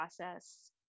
process